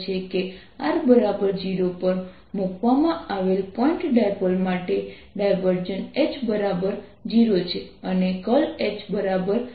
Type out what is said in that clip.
તેથી આ ગણતરી કરવા માટે ઇન્ટિગ્રલ સિવાય કંઈ છે